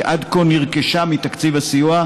שעד כה נרכשה מתקציב הסיוע,